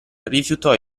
rifiutò